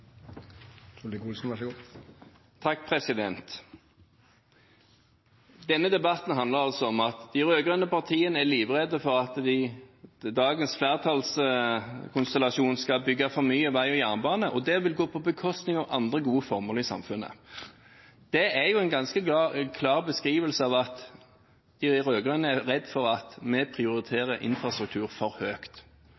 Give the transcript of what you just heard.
mørke ambisjoner, så vi venter med stor spenning på at dette skal få en framdrift som setter den rød-grønne i skyggen. Denne debatten handler altså om at de rød-grønne partiene er livredde for at dagens flertallskonstellasjon skal bygge for mye vei og jernbane, og at det vil gå på bekostning av andre gode formål i samfunnet. Det er en ganske klar beskrivelse av at de rød-grønne er redde for at